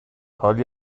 حالی